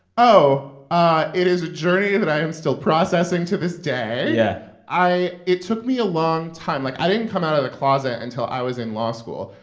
oh, it is a journey that i am still processing to this day. yeah i it took me a long time. like, i didn't come out of the closet until i was in law school.